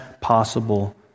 possible